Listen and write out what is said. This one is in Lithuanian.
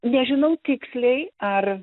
nežinau tiksliai ar